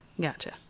Gotcha